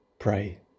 Pray